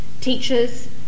Teachers